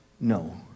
no